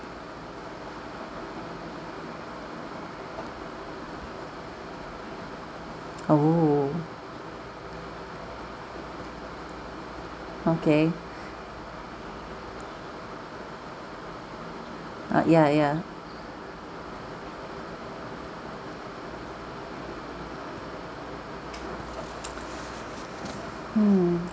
oh okay uh ya ya hmm